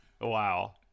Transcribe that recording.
Wow